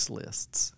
lists